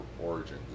origin